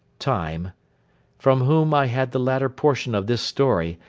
time from whom i had the latter portion of this story,